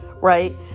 right